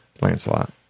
Lancelot